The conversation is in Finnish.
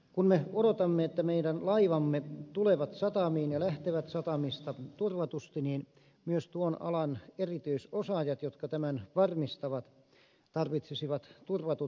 kun me odotamme että meidän laivamme tulevat satamiin ja lähtevät satamista turvatusti niin myös tuon alan erityisosaajat jotka tämän varmistavat tarvitsisivat turvatut työpaikat